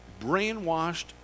brainwashed